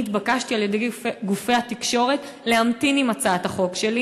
אני התבקשתי על-ידי גופי התקשורת להמתין עם הצעת החוק שלי